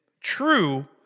true